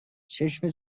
چشم